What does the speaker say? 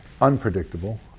unpredictable